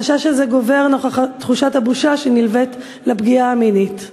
החשש הזה גובר נוכח תחושת הבושה שנלווית לפגיעה המינית.